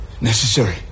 Necessary